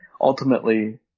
ultimately